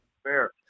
Fair